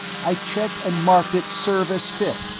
i checked and marked it service fit!